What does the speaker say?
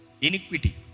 Iniquity